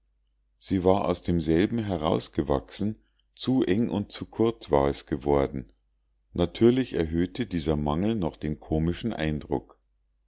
sie war aus demselben herausgewachsen zu eng und zu kurz war es geworden natürlich erhöhte dieser mangel noch den komischen eindruck